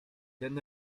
ten